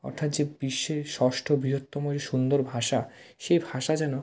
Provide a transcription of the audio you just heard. অর্থাৎ যে বিশ্বের ষষ্ঠ বৃহত্তম যে সুন্দর ভাষা সেই ভাষা যেন